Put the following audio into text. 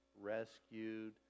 rescued